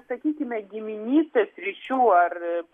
sakykime giminystės ryšių ar